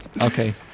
okay